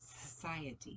Society